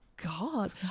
God